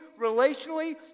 relationally